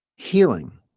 Healing